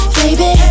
baby